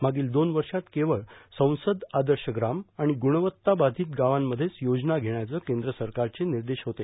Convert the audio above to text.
मागील दोन वर्षात केवळ संसद आदर्श ग्राम आणि ग्रणवत्ता बाधित गावांमध्येच योजना घेण्याचं केंद्र सरकारचे निर्देश होते